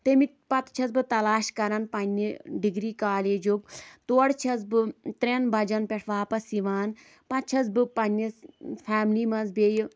تٔمۍ پَتہٕ چھَس بہٕ تلاش کران پَنٛنہِ ڈِگری کالجُک تورٕ چھَس بہٕ ترٛیٚن بَجَن پٮ۪ٹھ واپَس یِوان پَتہٕ چھَس بہٕ پَنٛنِس فیملی منٛز بیٚیہِ